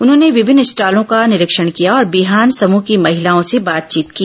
उन्होंने विभिन्न स्टॉलों का निरीक्षण किया और बिहान समृह की महिलाओं से बातचीत की